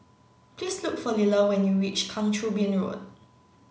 please look for Liller when you reach Kang Choo Bin Road